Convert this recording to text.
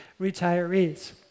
retirees